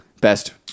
Best